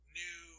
new